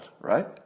right